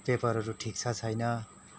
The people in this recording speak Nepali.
पेपरहरू ठिक छ छैन